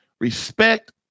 respect